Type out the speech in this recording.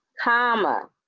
comma